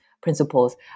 principles